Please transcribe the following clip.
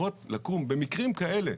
צריכות לקום במקרים כאלה.